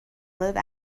live